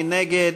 מי נגד?